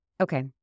Okay